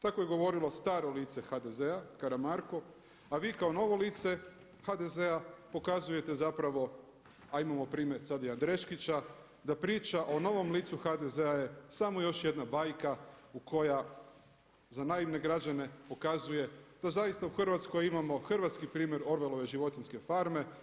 Tako je govorilo staro lice HDZ-a Karamarko, a vi kao novo lice HDZ-a pokazujete zapravo, a imamo primjer sad i Andreškića da priča o novom licu HDZ-a je samo još jedna bajka koja za naivne građane pokazuje da zaista u Hrvatskoj imamo hrvatski primjer Orvelove životinjske farme.